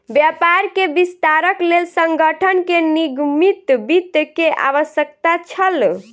व्यापार के विस्तारक लेल संगठन के निगमित वित्त के आवश्यकता छल